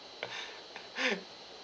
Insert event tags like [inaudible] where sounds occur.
[laughs]